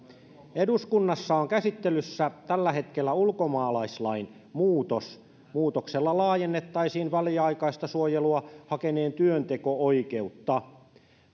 eduskunnassa on käsittelyssä tällä hetkellä ulkomaalaislain muutos muutoksella laajennettaisiin väliaikaista suojelua hakeneen työnteko oikeutta